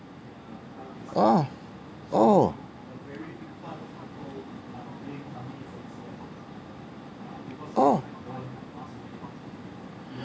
ah oh oh